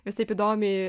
visaip įdomiai